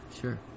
sure